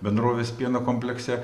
bendrovės pieno komplekse